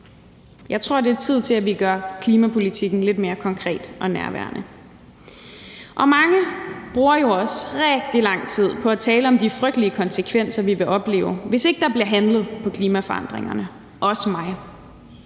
Jeg tror, det er tid til, at vi gør klimapolitiken lidt mere konkret og nærværende. Og mange bruger jo også rigtig lang tid på at tale om de frygtelige konsekvenser, vi vil opleve, hvis ikke der bliver handlet på klimaforandringerne – også jeg.